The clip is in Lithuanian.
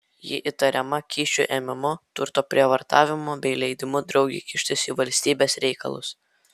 ji įtariama kyšių ėmimu turto prievartavimu bei leidimu draugei kištis į valstybės reikalus